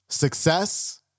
Success